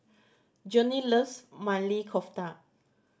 Johny loves Maili Kofta